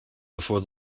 before